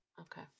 Okay